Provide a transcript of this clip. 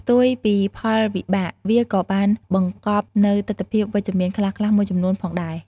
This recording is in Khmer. ផ្ទុយពីផលវិបាក វាក៏បានបង្កប់នូវទិដ្ឋភាពវិជ្ជមានខ្លះៗមួយចំនួនផងដែរ។